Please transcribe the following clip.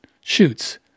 shoots